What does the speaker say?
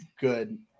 good